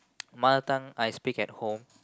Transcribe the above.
mother tongue I speak at home